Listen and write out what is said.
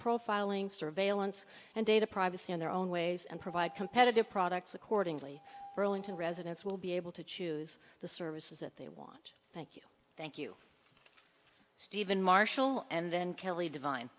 profiling surveillance and data privacy in their own ways and provide competitive products accordingly to residents will be able to choose the services that they want thank you thank you steven marshall and then